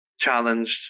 challenged